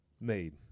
made